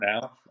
now